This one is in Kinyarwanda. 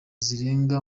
zirenga